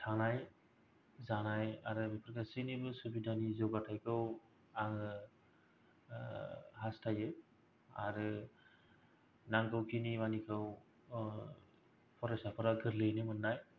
थानाय जानाय आरो बेफोर गासैनिबो सुबिदानि जौगाथायखौ आङो हास्थायो आरो नांगौखिनि मानिखौ फरायसाफोरा गोरलैयैनो मोननाय